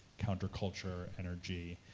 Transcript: counter-culture energy